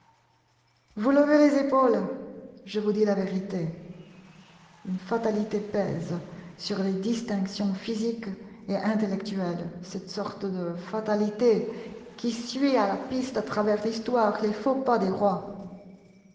vous levez les épaules je vous dis la vérité une fatalité pèse sur les distinctions physiques et intellectuelles cette sorte de fatalité qui suit à la piste à travers l'histoire les faux pas des rois